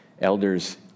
elder's